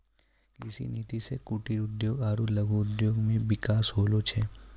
कृषि नीति से कुटिर उद्योग आरु लघु उद्योग मे बिकास होलो छै